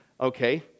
okay